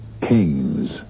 kings